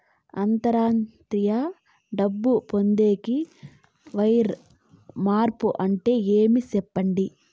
అంతర్జాతీయ డబ్బు పొందేకి, వైర్ మార్పు అంటే ఏమి? సెప్పండి?